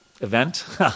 event